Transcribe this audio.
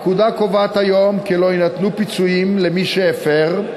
הפקודה קובעת היום כי לא יינתנו פיצויים למי שהפר,